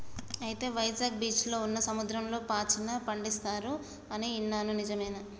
అయితే వైజాగ్ బీచ్లో ఉన్న సముద్రంలో పాచిని పండిస్తారు అని ఇన్నాను నిజమేనా